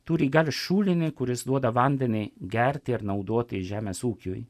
turi gal šulinį kuris duoda vandenį gerti ar naudotai žemės ūkiui